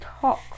talk